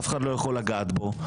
אף אחד לא יכול לגעת בו.